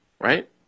right